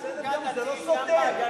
היתה פלוגה דתית גם ב"הגנה".